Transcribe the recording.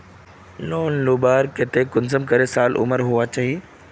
Loan लुबार केते कुंसम करे साल उमर होना चही?